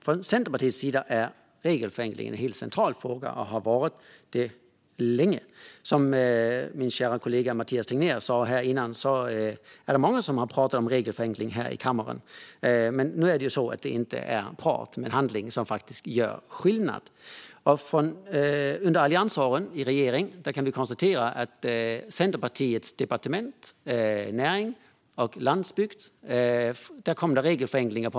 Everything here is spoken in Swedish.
Från Centerpartiets sida är regelförenkling en helt central fråga och har varit det länge. Som min kära kollega Mathias Tegnér sa här tidigare är det många som har pratat om regelförenklingar här i kammaren. Men nu är det ju så att det inte är prat utan handling som faktiskt gör skillnad. Under Alliansens regeringsår kan vi konstatera att det var på Centerpartiets departement, Näringsdepartementet och Landsbygdsdepartementet, som det kom regelförenklingar.